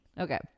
okay